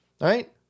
Right